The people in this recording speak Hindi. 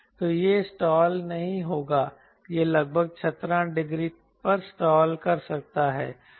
तो यह स्टाल नहीं होगा यह लगभग 17 डिग्री पर स्टाल कर सकता है